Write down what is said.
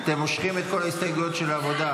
אתם מושכים את כל ההסתייגויות של העבודה?